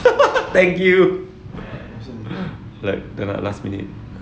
thank you like dah nak last minute